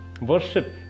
Worship